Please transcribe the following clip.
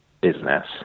business